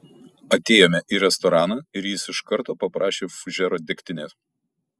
atėjome į restoraną ir jis iš karto paprašė fužero degtinės